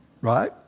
right